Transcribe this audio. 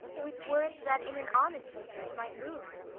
with words that in an honest suit might move.